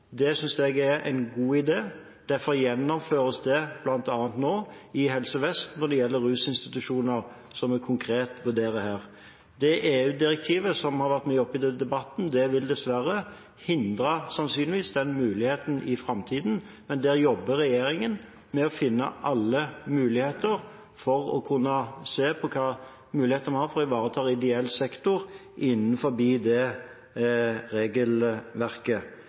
Det synes jeg er en god idé, derfor gjennomføres det nå bl.a. i Helse Vest når det gjelder rusinstitusjoner, som vi konkret vurderer her. EU-direktivet som har vært mye oppe i debatten, vil dessverre sannsynligvis hindre den muligheten i framtiden, men regjeringen jobber med å finne ut hvilke muligheter vi har for å ivareta ideell sektor innenfor det regelverket. Det er det som denne debatten i realiteten handler om. Det